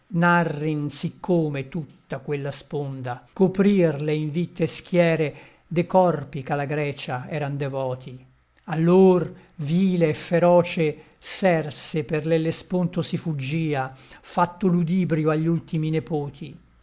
narrin siccome tutta quella sponda coprìr le invitte schiere de corpi ch'alla grecia eran devoti allor vile e feroce serse per l'ellesponto si fuggia fatto ludibrio agli ultimi nepoti